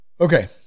Okay